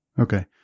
Okay